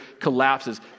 collapses